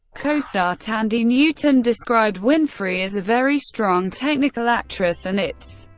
co-star thandie newton described winfrey as a very strong technical actress and it's,